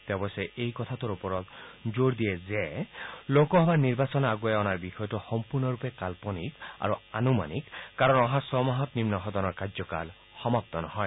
তেওঁ অৱশ্যে এই কথাটোৰ ওপৰত গুৰুত্ব আৰোপ কৰে যে লোকসভাৰ নিৰ্বাচন আগুৱাই অনাৰ বিষয়টো সম্পূৰ্ণৰূপে কাল্পনিক আৰু আনুমানিক কাৰণ অহা ছমাহত নিন্ন সদনৰ কাৰ্যকাল সমাপ্ত নহয়